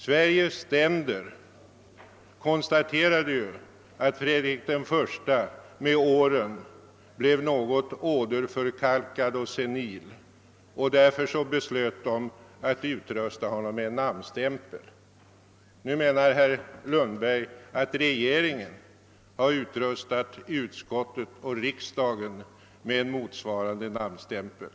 Svea rikes ständer konstaterade ju att Fredrik I med åren blev något åderförkalkad och senil och beslöt därför att ersätta hans namnteckning med en namnstämpel. Nu menar herr Lundberg att regeringen har utrustat utskottet och riksdagen med en motsvarande namnstämpel.